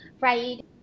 Right